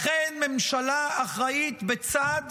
לכן ממשלה אחראית בצד